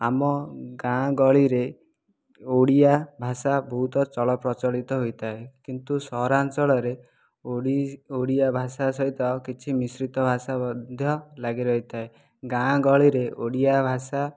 ଆମ ଗାଁଗହଳିରେ ଓଡ଼ିଆ ଭାଷା ବହୁତ ଚଳପ୍ରଚଳିତ ହୋଇଥାଏ କିନ୍ତୁ ସହରାଞ୍ଚଳରେ ଓଡ଼ି ଓଡ଼ିଆ ଭାଷା ସହିତ ଆଉ କିଛି ମିଶ୍ରିତ ଭାଷା ମଧ୍ୟ ଲାଗିରହିଥାଏ ଗାଁଗହଳିରେ ଓଡ଼ିଆ ଭାଷା